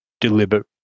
deliberate